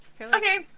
Okay